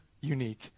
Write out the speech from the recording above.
unique